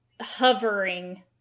hovering